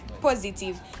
positive